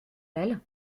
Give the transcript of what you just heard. elles